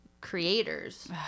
creators